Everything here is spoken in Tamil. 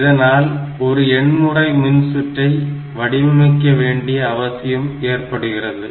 இதனால் ஒரு எண்முறை மின்சுற்றை வடிவமைக்க வேண்டிய அவசியம் ஏற்படுகிறது